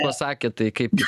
pasakė tai kaipgi